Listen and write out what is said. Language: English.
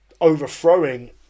overthrowing